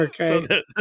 Okay